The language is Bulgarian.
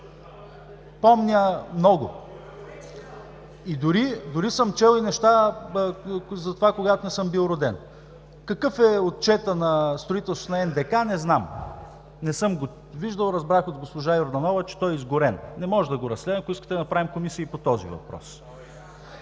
помня много. Дори съм чел и неща за това, когато не съм бил роден. Какъв е отчетът на строителството на НДК, не знам. Не съм го виждал. Разбрах от госпожа Йорданова, че той е изгорен. Не може да го разследваме, ако искате да направим и Комисия по този въпрос.